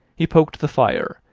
he poked the fire,